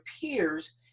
peers